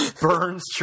Burns